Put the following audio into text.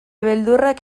beldurrak